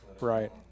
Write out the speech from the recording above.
right